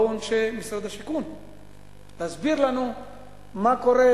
באו אנשי משרד השיכון להסביר לנו מה קורה,